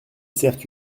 certes